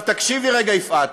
תקשיבי רגע, יפעת.